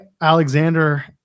Alexander